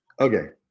Okay